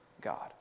God